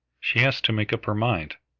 she has to make up her mind.